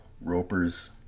Ropers